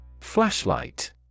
Flashlight